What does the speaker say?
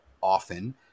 often